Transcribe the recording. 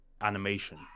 animation